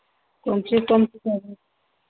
कौन सी कौन सी चाहिए